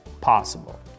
possible